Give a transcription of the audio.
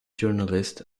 journalist